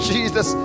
Jesus